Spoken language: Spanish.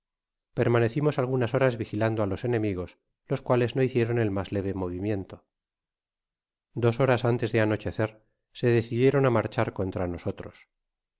permanecimos algunas horas vigilando á los enemigos los cuales no hicieron el mas leve movimiento dos horas antes de anochecer se decidieron á marchar contra nosotros